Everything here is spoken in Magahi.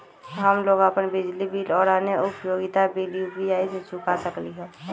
हम लोग अपन बिजली बिल और अन्य उपयोगिता बिल यू.पी.आई से चुका सकिली ह